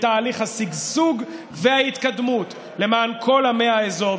בתהליך השגשוג וההתקדמות למען כל עמי האזור.